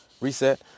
reset